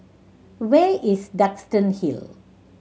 where is Duxton Hill